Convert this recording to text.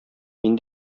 мин